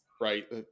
right